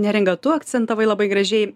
neringa tu akcentavai labai gražiai